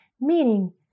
meaning